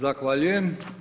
Zahvaljujem.